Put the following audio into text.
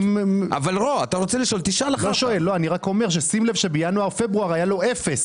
שים לב שבינואר-פברואר היה לו אפס.